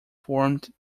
formed